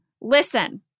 listen